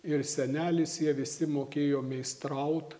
ir senelis jie visi mokėjo meistraut